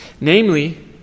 namely